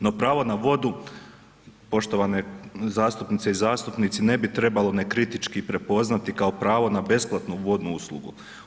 No, pravo na vodu poštovane zastupnice i zastupnici ne bi trebalo nekritički prepoznati kao pravo na besplatnu vodnu uslugu.